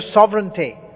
sovereignty